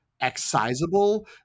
excisable